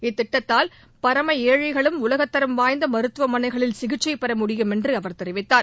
இத்திட்டத்தால் பரம ஏழைகளும் உலகத்தரம் வாய்ந்த மருத்துவமனைகளில் சிகிச்சை பெறமுடியும் என்று அவர் தெரிவித்தார்